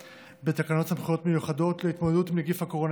לתקנות סמכויות מיוחדות להתמודדות עם נגיף הקורונה